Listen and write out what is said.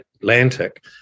Atlantic